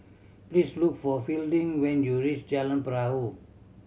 please look for Fielding when you reach Jalan Perahu